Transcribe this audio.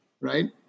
right